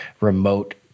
remote